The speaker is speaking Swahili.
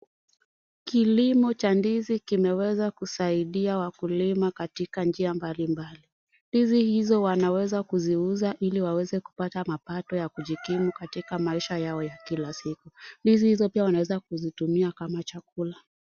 Kilimo cha ndizi kimeweza kusaidia wakulima katika njia mbalimbali, ndizi hizo wanaweza kuziuza ili waweze kupata mapato ya kujikimu katika maisha yao ya kila siku, ndizi hizo pia wanaweza kuzitumia kama chakula.